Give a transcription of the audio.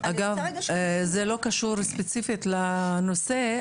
זה לא קשור ספציפית לנושא,